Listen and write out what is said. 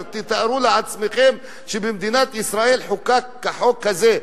תתארו לעצמכם שבמדינת ישראל חוקק החוק הזה.